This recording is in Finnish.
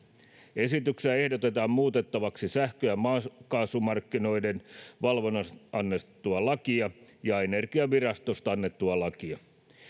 esityksessä ehdotetaan muutettavaksi sähkö ja maakaasumarkkinoiden valvonnasta annettua lakia ja energiavirastosta annettua lakia